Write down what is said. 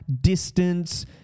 distance